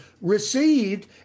received